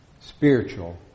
spiritual